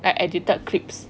like edited clips